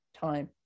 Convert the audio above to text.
time